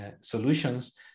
solutions